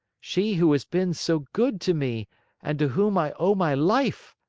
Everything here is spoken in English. she who has been so good to me and to whom i owe my life!